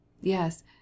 Yes